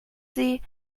sie